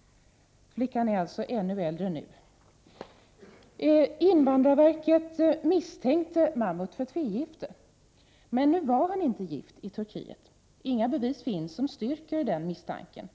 — Flickan är alltså ännu äldre nu. Invandrarverket misstänkte Mahmut för tvegifte, men nu var han inte gift i Turkiet. Inga bevis finns som styrker den misstanken.